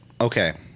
Okay